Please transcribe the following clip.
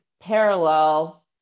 parallel